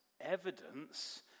evidence